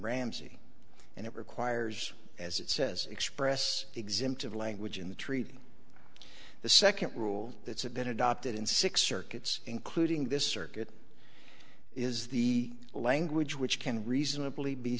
ramsey and it requires as it says express exempt of language in the treaty the second rule that's a bit adopted in six circuits including this circuit is the language which can reasonably be